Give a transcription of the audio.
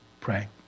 pray